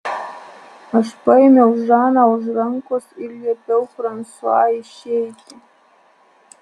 aš paėmiau žaną už rankos ir liepiau fransua išeiti